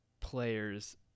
players